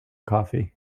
coffee